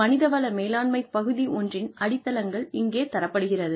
மனித வள மேலாண்மை பகுதி ஒன்றின் அடித்தளங்கள் இங்கே தரப்படுகிறது